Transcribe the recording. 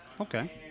Okay